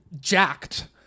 jacked